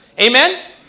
Amen